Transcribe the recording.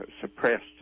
suppressed